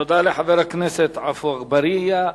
תודה לחבר הכנסת עפו אגבאריה.